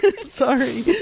Sorry